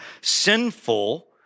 sinful